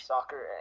Soccer